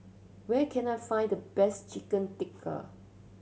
where can I find the best Chicken Tikka